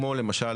כמו למשל